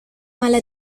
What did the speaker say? mala